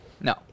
No